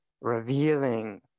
revealing